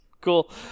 Cool